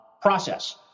process